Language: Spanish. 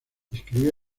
escribió